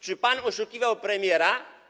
Czy pan oszukiwał premiera?